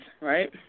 right